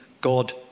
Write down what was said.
God